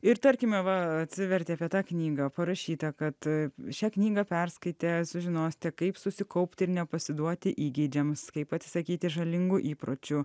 ir tarkime va atsiverti apie tą knygą parašyta kad šią knygą perskaitę sužinosite kaip susikaupti ir nepasiduoti įgeidžiams kaip atsisakyti žalingų įpročių